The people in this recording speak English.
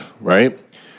right